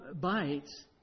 bites